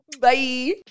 Bye